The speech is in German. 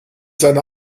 seine